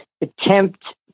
attempt